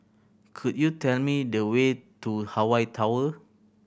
could you tell me the way to Hawaii Tower